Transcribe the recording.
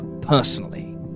personally